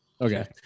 Okay